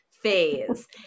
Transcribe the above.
phase